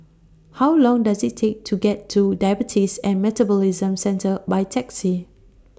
How Long Does IT Take to get to Diabetes and Metabolism Centre By Taxi